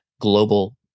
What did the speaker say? global